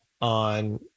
on